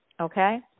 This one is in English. Okay